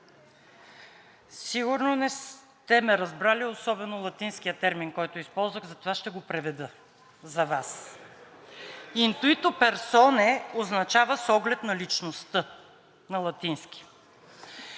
сигурно не сте ме разбрали, особено латинския термин, който използвах, затова ще го преведа за Вас. Intuitu personae означава с оглед на личността на латински.